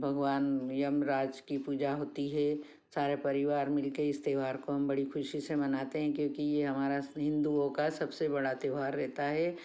भगवान यमराज की पूजा होती है सारा परिवार मिल कर इस त्योहार को हम बड़ी खुशियों से मनाते हैं क्योंकि यह हमारा हिंदुओं का सबसे बड़ा त्योहार रहता है